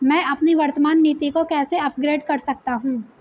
मैं अपनी वर्तमान नीति को कैसे अपग्रेड कर सकता हूँ?